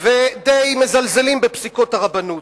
ודי מזלזלים בפסיקות הרבנות,